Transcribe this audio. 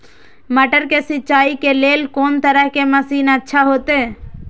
मटर के सिंचाई के लेल कोन तरह के मशीन अच्छा होते?